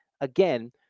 Again